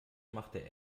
machte